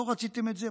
לא רציתם את זה,